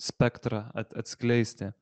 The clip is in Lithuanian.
spektrą atskleisti